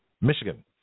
Michigan